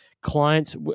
clients